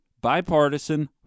Bipartisan